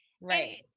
Right